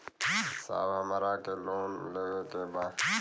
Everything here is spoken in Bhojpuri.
साहब हमरा के लोन लेवे के बा